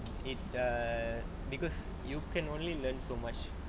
it err because you can only learn so much